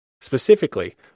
Specifically